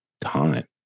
time